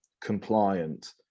compliant